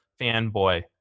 fanboy